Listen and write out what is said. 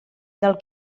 del